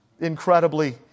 incredibly